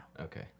Okay